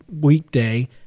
weekday